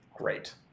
Great